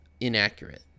inaccurate